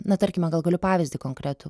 na tarkime gal galiu pavyzdį konkretų